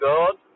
God